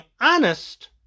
honest